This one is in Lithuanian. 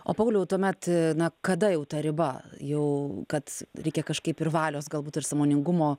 o pauliau tuomet na kada jau ta riba jau kad reikia kažkaip ir valios galbūt ir sąmoningumo